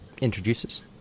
Introduces